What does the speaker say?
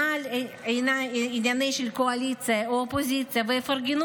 מעל עניינים של קואליציה או אופוזיציה ויפרגנו